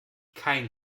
kein